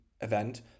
event